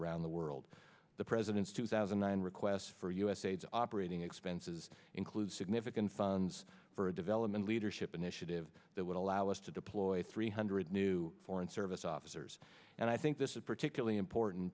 around the world the president's two thousand and nine re quest for u s aids operating expenses includes significant funds for a development leadership initiative that would allow us to deploy three hundred new foreign service officers and i think this is particularly important